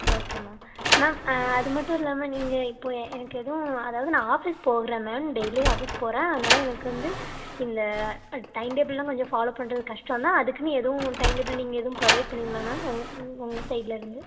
okay ma'am ma'am அது மட்டும் இல்லாமல் நீங்கள் இப்போ எனக்கு எதுவும் அதாவது நான் ஆஃபிஸ் போகுறேன் மேம் டெய்லி ஆஃபிஸ் போகறேன் அதனால எனக்கு வந்து இந்த டைம்டேபுள் எல்லாம் கொஞ்சம் ஃபாலோவ் பண்ணுறது கஸ்டோன்னா அதற்குன்னு எதுவும் டைம்டேபுள் நீங்கள் எதுவும் ப்ரொவைட் பண்ணுவீங்களா மேம் உங்க உங் உங்கள் சைட்லேருந்து